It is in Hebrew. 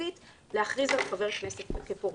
המרכזית להכריז על חבר כנסת כפורש.